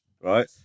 right